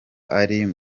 ariko